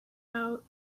out